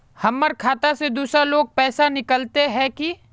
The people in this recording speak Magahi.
हमर खाता से दूसरा लोग पैसा निकलते है की?